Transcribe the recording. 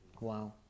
Wow